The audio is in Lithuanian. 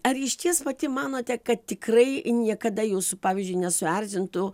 ar išties pati manote kad tikrai niekada jūsų pavyzdžiui nesuerzintų